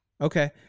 okay